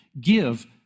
Give